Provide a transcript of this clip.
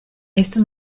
esto